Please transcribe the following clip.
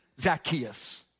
Zacchaeus